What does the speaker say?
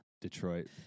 Detroit